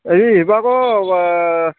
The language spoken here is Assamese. এই শিৱসাগৰ